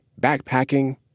backpacking